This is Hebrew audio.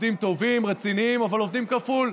עובדים טובים, רציניים, אבל עובדים כפול,